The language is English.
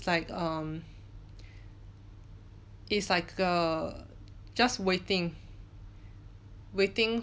like um it's like err just waiting waiting